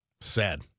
Sad